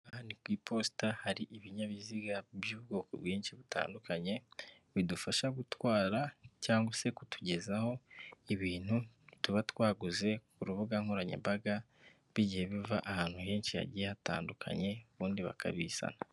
Aha ni ku iposita hari ibinyabiziga by'ubwoko bwinshi butandukanye bidufasha gutwara cyangwa se kutugezaho ibintu tuba twaguze ku rubuga nkoranyambaga bigiye biva ahantu henshi hagiye hatandukanye, ubundi bakabizana.